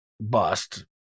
bust